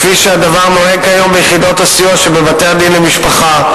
כפי שהדבר נוהג כיום ביחידות הסיוע שבבתי-המשפט לענייני משפחה,